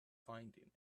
finding